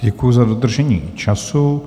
Děkuji za dodržení času.